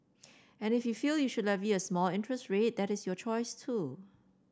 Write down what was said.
and if you feel you should levy a small interest rate that is your choice too